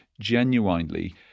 genuinely